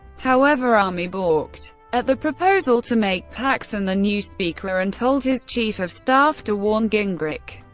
however, armey balked at the proposal to make paxon the new speaker, and told his chief of staff to warn gingrich.